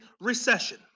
recession